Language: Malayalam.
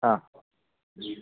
ആ